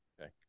okay